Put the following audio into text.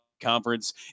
Conference